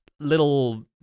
little